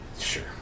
Sure